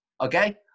okay